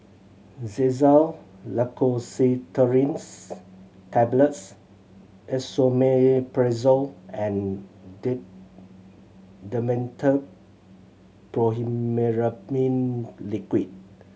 Xyzal Levocetirizine Tablets Esomeprazole and Dimetapp Brompheniramine Liquid